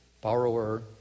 borrower